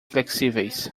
flexíveis